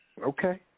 Okay